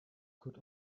could